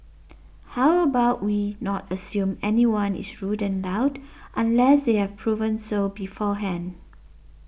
how about we not assume anyone is rude and loud unless they have proven so beforehand